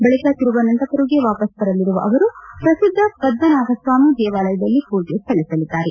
ಬಳಕ ತಿರುವನಂತಪುರಂಗೆ ವಾಪಸ್ ಬರಲಿರುವ ಅವರು ಪ್ರಸಿದ್ದ ಪದ್ದನಾಭಸ್ವಾಮಿ ದೇವಾಲಯದಲ್ಲಿ ಪೂಜೆ ಸಲ್ಲಿಸಲಿದ್ದಾರೆ